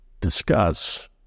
discuss